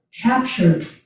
captured